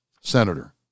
senator